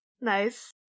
Nice